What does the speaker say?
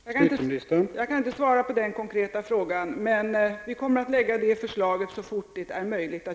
Herr talman! Jag kan inte svara på den konkreta frågan. Men vi kommer att lägga fram förslag så fort det är möjligt.